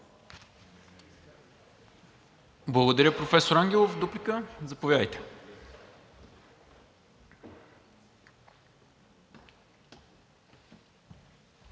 Благодаря, професор Ангелов. Дуплика? Заповядайте,